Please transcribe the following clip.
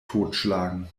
totschlagen